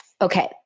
Okay